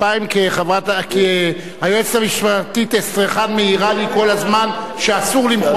כי היועצת המשפטית אסטרחן מעירה לי כל הזמן שאסור למחוא כפיים בכנסת.